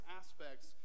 aspects